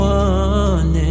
one